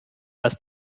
was